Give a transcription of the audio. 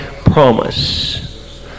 promise